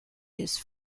his